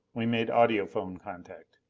we made audiphone contact.